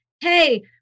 hey